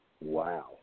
wow